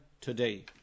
today